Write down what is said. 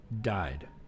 died